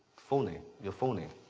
full name. your full name.